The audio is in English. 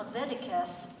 leviticus